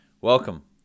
welcome